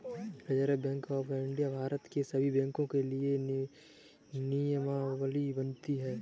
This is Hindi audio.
reserve bank of India Bharat के सभी बैंकों के लिए नियमावली बनाती है